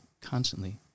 constantly